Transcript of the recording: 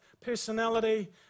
personality